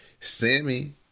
Sammy